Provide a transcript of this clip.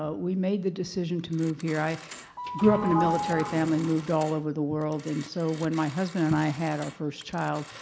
ah we made the decision to move here. i grew up in a military family, moved ah ll over the world, and so when my husband and i had our first child,